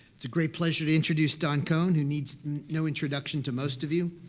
it's a great pleasure to introduce don kohn, who needs no introduction to most of you.